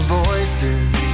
voices